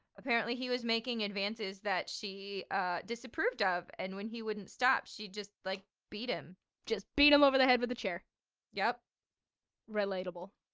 apparently he was making advances that she ah disapproved of and when he wouldn't stop, she just like beat him just beat them over the head with a chair yep relatable.